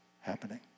happening